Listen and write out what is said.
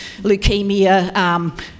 leukemia